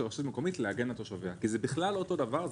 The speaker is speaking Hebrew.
רשות מקומית להגן על תושביה כי זה בכלל לא אותו דבר.